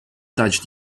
touched